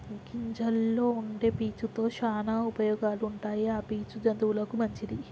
గింజల్లో వుండే పీచు తో శానా ఉపయోగాలు ఉంటాయి ఆ పీచు జంతువులకు మంచిది